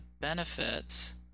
benefits